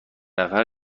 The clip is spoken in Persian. نفر